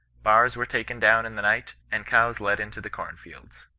bars were taken down in the night, and cows let into the corn-fields.